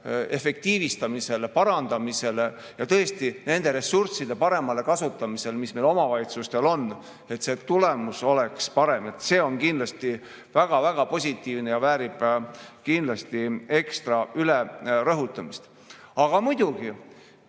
efektiivistamisele, parandamisele ja nende ressursside paremale kasutamisele, mis omavalitsustel on, et tulemus oleks parem. See on kindlasti väga-väga positiivne ja väärib kindlasti ekstra ülerõhutamist. Aga muidugi,